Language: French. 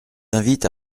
invite